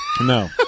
No